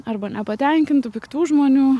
arba nepatenkintų piktų žmonių